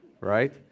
right